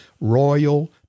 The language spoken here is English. royal